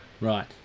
Right